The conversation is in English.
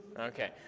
Okay